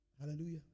Hallelujah